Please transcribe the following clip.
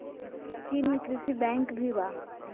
चीन में कृषि बैंक भी बा